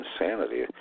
insanity